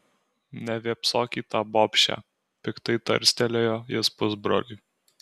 nevėpsok į tą bobšę piktai tarstelėjo jis pusbroliui